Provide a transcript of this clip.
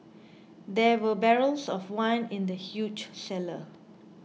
there were barrels of wine in the huge cellar